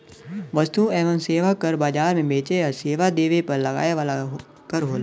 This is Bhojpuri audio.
वस्तु एवं सेवा कर बाजार में बेचे या सेवा देवे पर लगाया वाला कर होला